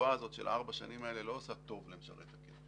והתקופה הזאת של ארבע השנים האלה לא עושה טוב למשרת הקבע.